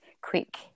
quick